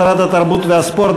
שרת התרבות והספורט,